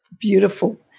Beautiful